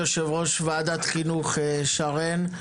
יושבת-ראש וועדת החינוך שרן,